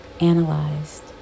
Analyzed